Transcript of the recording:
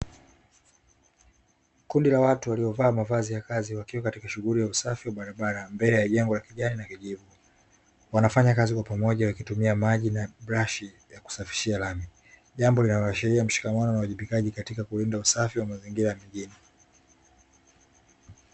Kundi la watu waliovaa mavazi ya kazi wakiwe katika shughuli ya usafi wa barabara mbele ya jengo la kijani na kijivu ,wanafanya kazi kwa pamoja wakitumia maji na brashi ya kusafishia lami , jambo linaloashiria mshikamano na wajibikaji katika kulinda usafi wa mazingira mengine.